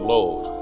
Lord